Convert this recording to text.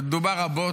דובר רבות,